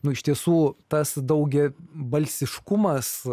nu iš tiesų tas daugiabalsiškumas